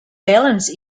balance